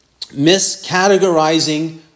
miscategorizing